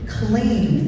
clean